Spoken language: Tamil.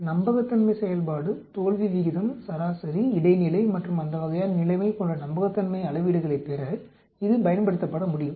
நம்பகத்தன்மை செயல்பாடு தோல்வி விகிதம் சராசரி இடைநிலை மற்றும் அந்த வகையான நிலைமை போன்ற நம்பகத்தன்மை அளவீடுகளைப் பெற இது பயன்படுத்தப்பட முடியும்